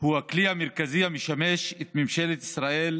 הוא הכלי המרכזי המשמש את ממשלת ישראל